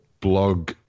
blog